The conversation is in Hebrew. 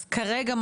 אז כרגע,